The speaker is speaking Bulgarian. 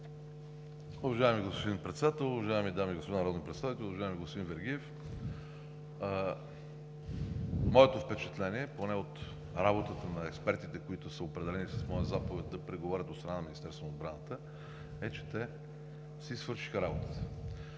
Уважаеми господин Председател, уважаеми дами и господа народни представители! Уважаеми господин Вергиев, моето впечатление поне от работата на експертите, които са определени с моя заповед да преговарят от страна на Министерството на отбраната, е, че те си свършиха работата.